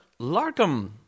Larkham